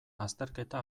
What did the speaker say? azterketa